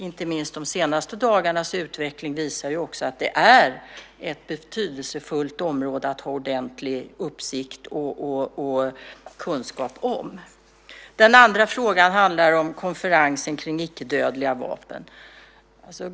Inte minst de senaste dagarnas utveckling visar ju också att det är ett betydelsefullt område att ha ordentlig uppsikt över och kunskap om. Den andra frågan handlar om konferensen om icke-dödliga vapen.